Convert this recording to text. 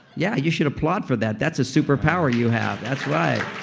yeah. you should applaud for that. that's a super power you have. that's right